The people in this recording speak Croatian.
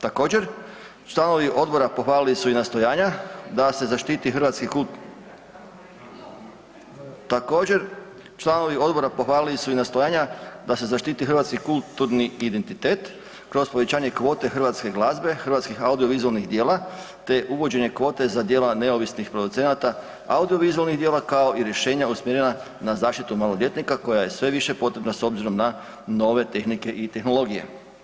Također, članovi Odbora pohvalili su i nastojanja da se zaštiti hrvatski .../nerazumljivo/... također, članovi Odbora pohvalili su i nastojanja da se zaštiti hrvatski kulturni identitet kroz povećanje kvote hrvatske glazbe, hrvatskih audio-vizualnih djela te uvođenje kvote za djela neovisnih producenata audio-vizualnih djela, kao i rješenja usmjerena na zaštitu maloljetnika koja je sve više potrebna s obzirom na nove tehnike i tehnologije.